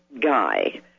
guy